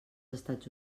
estats